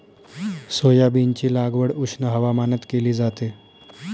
सोयाबीनची लागवड उष्ण हवामानात केली जाते